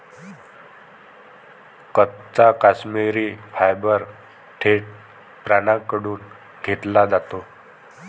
कच्चा काश्मिरी फायबर थेट प्राण्यांकडून घेतला जातो